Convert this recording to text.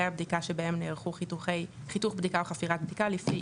הבדיקה שבהם נערכו חיתוך בדיקה או חפירת בדיקה לפני